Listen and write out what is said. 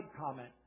comment